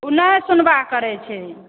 ओ नहि सुनवाइ करै छै